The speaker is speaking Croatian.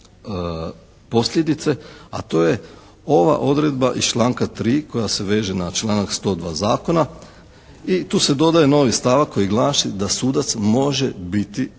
posljedice, a to je ova odredba iz članka 3. koja se veže na članak 102. zakona i tu se dodaje novi stavak koji glasi, da sudac može biti